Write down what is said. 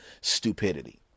stupidity